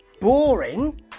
Boring